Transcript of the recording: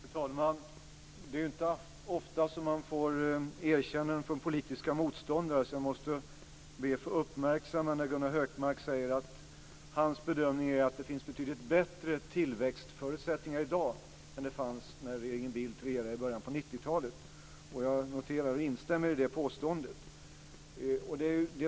Fru talman! Det är inte ofta som man får erkännanden av politiska motståndare. Därför måste jag be att få uppmärksamma att Gunnar Hökmark säger att hans bedömning är att det finns betydligt bättre tillväxtförutsättningar i dag än det fanns när regeringen Bildt regerade i början på 90-talet. Jag noterar och instämmer i det påståendet.